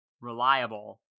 reliable